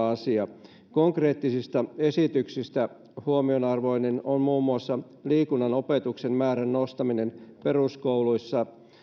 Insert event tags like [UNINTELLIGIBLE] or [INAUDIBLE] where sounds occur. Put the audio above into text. [UNINTELLIGIBLE] asia konkreettisista esityksistä huomionarvoinen on muun muassa liikunnan opetuksen määrän nostaminen peruskouluissa